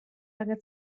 lange